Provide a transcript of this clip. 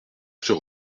sur